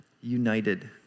united